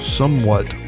somewhat